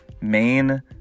main